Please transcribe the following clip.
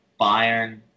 Bayern